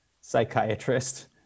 psychiatrist